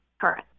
Correct